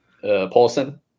Paulson